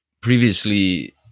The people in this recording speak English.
Previously